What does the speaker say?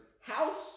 house